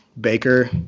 Baker